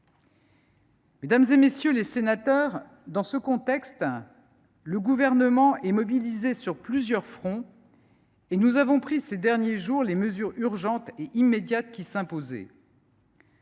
Mesdames, messieurs les sénateurs, dans ce contexte, le Gouvernement est mobilisé sur plusieurs fronts et nous avons pris ces derniers jours les mesures urgentes et immédiates qui s’imposaient.